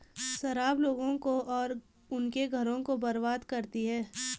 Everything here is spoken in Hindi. शराब लोगों को और उनके घरों को बर्बाद करती है